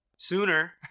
Sooner